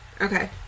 Okay